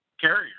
carrier